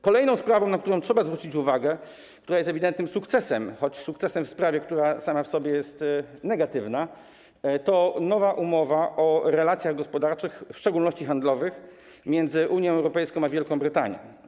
Kolejna sprawa, na którą trzeba zwrócić uwagę, która jest ewidentnym sukcesem, choć sukcesem w sprawie, która sama w sobie jest negatywna, to nowa umowa o relacjach gospodarczych, w szczególności handlowych, między Unią Europejską a Wielką Brytanią.